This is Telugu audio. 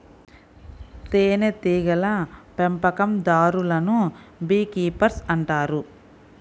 తేనెటీగల పెంపకందారులను బీ కీపర్స్ అంటారు